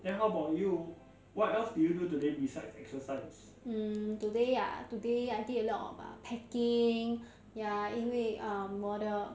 mm today ah today I did a lot of uh packing ya 因为 uh 我的